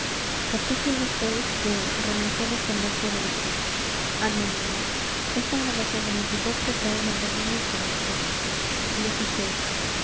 poema del cid fué publicado en el